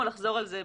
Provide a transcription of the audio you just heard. נגמרו את התקנות.